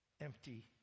empty